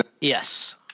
Yes